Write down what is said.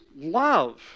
love